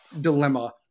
dilemma